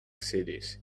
cities